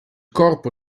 corpo